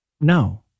No